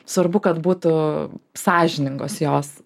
svarbu kad būtų sąžiningos jos